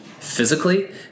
physically